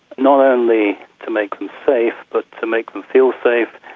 not only to make them safe but to make them feel safe,